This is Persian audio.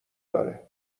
داره